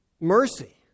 mercy